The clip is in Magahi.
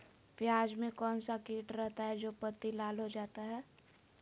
प्याज में कौन सा किट रहता है? जो पत्ती लाल हो जाता हैं